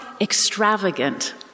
extravagant